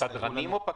סדרנים או פקחים?